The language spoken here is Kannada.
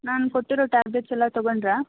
ನಾನು ಕೊಟ್ಟಿರೊ ಟ್ಯಾಬ್ಲೆಟ್ಸ್ ಎಲ್ಲ ತಗೊಂಡರಾ